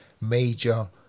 major